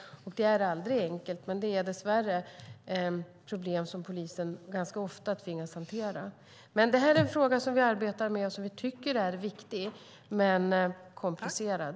Det är aldrig enkelt, men det är dess värre problem som polisen ganska ofta tvingas att hantera. Det här är en fråga som vi arbetar med och som vi tycker är viktig men komplicerad.